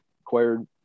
acquired